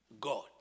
God